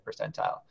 percentile